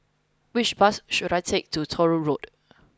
which bus should I take to Truro Road